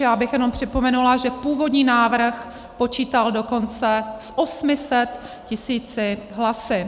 Já bych jenom připomenula, že původní návrh počítal dokonce s 800 tisíci hlasy.